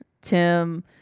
Tim